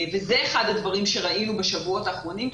וזה אחד הדברים שראינו בשבועות האחרונים,